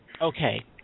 Okay